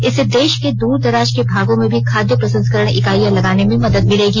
इससे देश के दूर दराज के भागों में भी खाद्य प्रसंस्करण इकाईयां लगाने में मदद मिलेगी